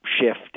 shift